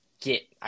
get